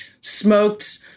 smoked